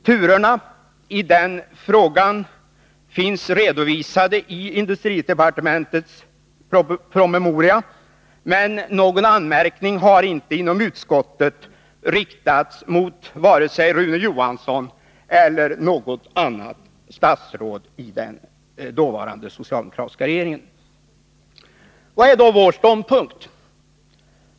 Turerna i den frågan finns redovisade i industridepartementets promemoria, men någon anmärkning harinte inom utskottet riktats mot vare sig Rune Johansson eller något annat statsråd i den dåvarande socialdemokratiska regeringen. Vad är då vår ståndpunkt?